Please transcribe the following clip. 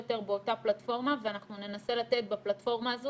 יותר באותה פלטפורמה ואנחנו ננסה לתת בפלטפורמה הזו